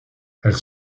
elles